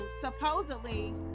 supposedly